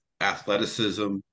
athleticism